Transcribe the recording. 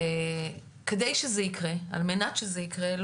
על מנת שיקרה סדר,